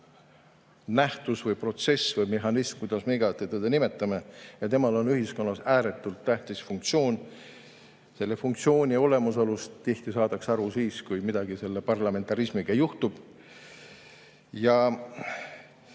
nähtus või protsess või mehhanism, kuidas me iganes teda nimetame, ja temal on ühiskonnas ääretult tähtis funktsioon. Selle funktsiooni olemasolust tihti saadakse aru siis, kui midagi selle parlamentarismiga juhtub. Ja